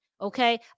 Okay